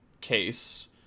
case